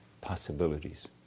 possibilities